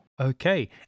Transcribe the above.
Okay